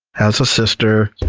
has a sister,